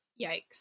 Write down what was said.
yikes